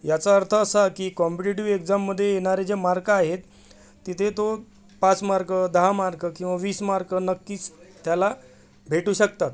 ह्याचा अर्थ असा की कॉम्पिटेटिव्ह एक्झाममध्ये येणारे जे मार्क आहेत तिथे तो पाच मार्क दहा मार्क किंवा वीस मार्क नक्कीच त्याला भेटू शकतात